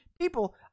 people